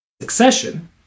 succession